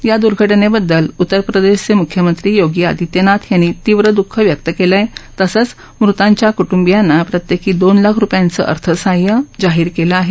या द्र्घटनेबद्दल उत्तरप्रदेशचे म्ख्यमंत्री योगी आदित्यनाथ यांनी तीव दुःख व्यक्त केलं आहे तसंच मृतांच्या कुटुंबियांना प्रत्येकी दोन लाख रुपयांचं अर्थसहाय्य जाहीर केलं आहे